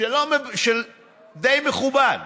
די מכובד,